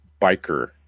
biker